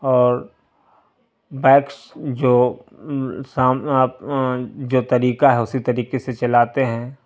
اور بائکس جو جو جو طریقہ ہے اسی طریقے سے چلاتے ہیں